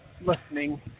listening